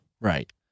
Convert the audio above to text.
Right